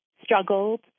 struggled